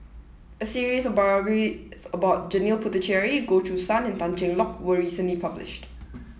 a series of biographies about Janil Puthucheary Goh Choo San and Tan Cheng Lock was recently published